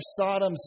Sodom